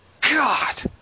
God